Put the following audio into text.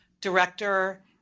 director